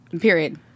Period